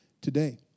today